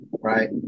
right